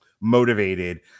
motivated